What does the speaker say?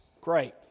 Great